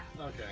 Okay